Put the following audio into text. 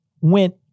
went